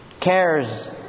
cares